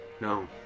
No